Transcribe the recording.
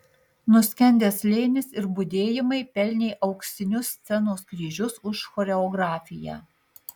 nuskendęs slėnis ir budėjimai pelnė auksinius scenos kryžius už choreografiją